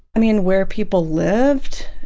i mean, where people lived,